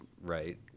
right